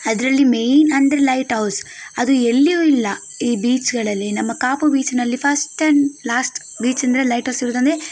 ಅದರಲ್ಲಿ ಮೇಯ್ನ್ ಅಂದರೆ light house ಅದು ಎಲ್ಲಿಯೂ ಇಲ್ಲ ಈ ಬೀಚ್ಗಳಲ್ಲಿ ನಮ್ಮ ಕಾಪು ಬೀಚಿನಲ್ಲಿ ಫಸ್ಟ್ ಆ್ಯಂಡ್ ಲಾಸ್ಟ್ ಬೀಚಂದ್ರೆ ಲೈಟ್ ಔಸ್ ಇರುವುದೆಂದ್ರೆ